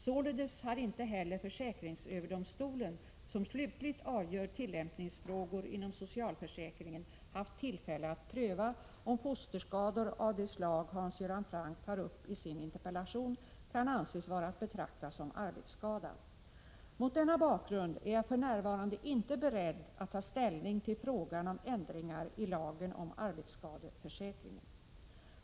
Således har inte heller försäkringsöverdomstolen, som slutligt avgör tillämpningsfrågor inom socialförsäkringen, haft tillfälle att pröva om fosterskador av det slag Hans Göran Franck tar upp i sin interpellation kan anses vara att betrakta som arbetsskada. Mot denna bakgrund är jag för närvarande inte beredd att ta ställning till frågan om ändringar i lagen om arbetsskadeförsäkring.